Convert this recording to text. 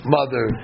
Mother